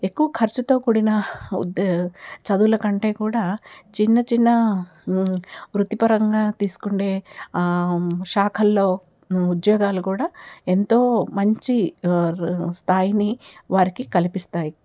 ఎక్కువ ఖర్చుతో కూడిన ఉద్దే చదువుల కంటే కూడా చిన్నచిన్న వృత్తిపరంగా తీసుకొనే శాఖల్లో ఉద్యోగాలు కూడా ఎంతో మంచి స్థాయిని వారికి కల్పిస్తాయి